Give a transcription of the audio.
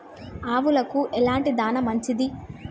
ఆవులకు ఎలాంటి దాణా మంచిది?